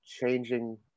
changing